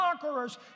conquerors